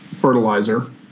fertilizer